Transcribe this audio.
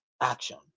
action